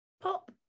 pop